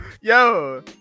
yo